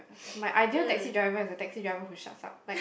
my ideal taxi driver is a taxi driver who shuts up like